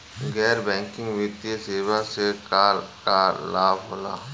गैर बैंकिंग वित्तीय सेवाएं से का का लाभ होला?